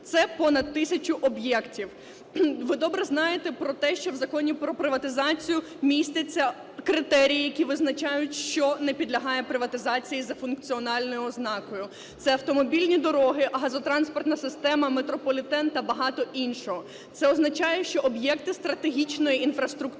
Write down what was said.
Це понад тисяча об'єктів. Ви добре знаєте, що в Законі про приватизацію містяться критерії, які визначають, що не підлягає приватизації за функціональною ознакою: це автомобільні дороги, газотранспортна система, метрополітен та багато іншого. Це означає, що об'єкти стратегічної інфраструктури